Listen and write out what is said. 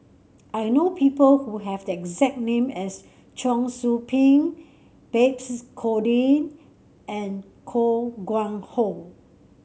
I know people who have the exact name as Cheong Soo Pieng Babes Conde and Koh Nguang How